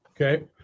Okay